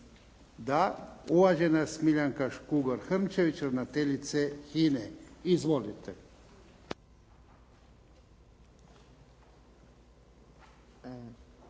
Da. Uvažena Smiljanka Škugor-Hrnčević, ravnateljica HINE. Izvolite.